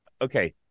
Okay